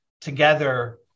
together